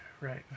right